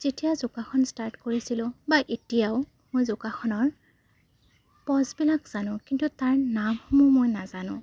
যেতিয়া যোগাসন ষ্টাৰ্ট কৰিছিলোঁ বা এতিয়াও মই যোগাসনৰ পচবিলাক জানো কিন্তু তাৰ নামসমূহ মই নাজানো